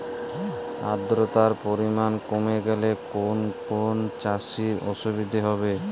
আদ্রতার পরিমাণ কমে গেলে কোন কোন চাষে অসুবিধে হবে?